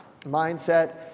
mindset